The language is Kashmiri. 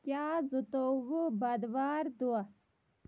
کیاہ زٕتووُہ بۄدوارِ دۄہ